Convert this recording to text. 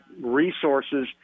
resources